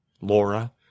Laura